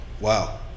Wow